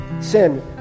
sin